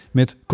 met